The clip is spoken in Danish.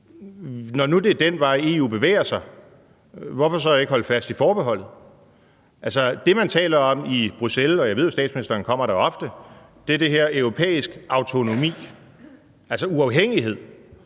Når nu det er den vej, EU bevæger sig, hvorfor så ikke holde fast i forbeholdet? Det, man taler om i Bruxelles – og jeg ved jo, at statsministeren kommer der ofte – er det om europæisk autonomi, altså uafhængighed.